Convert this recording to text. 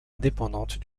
indépendantes